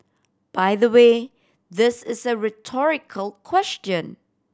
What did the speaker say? by the way this is a rhetorical question